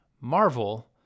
Marvel